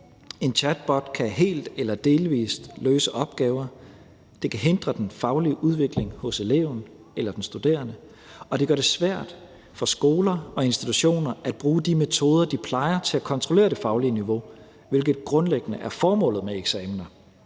En chatbot kan helt eller delvis løse opgaver. Det kan hindre den faglige udvikling hos eleven eller den studerende, og det gør det svært for skoler og institutioner at bruge de metoder, de plejer, til at kontrollere det faglige niveau, hvilket grundlæggende er formålet med eksamener.